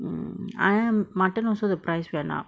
mm ah ya mutton also the price went up